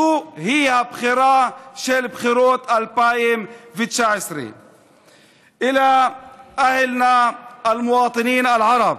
זוהי הבחירה של בחירות 2019. (אומר דברים בשפה הערבית,